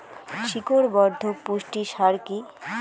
শিকড় বর্ধক পুষ্টি সার কি?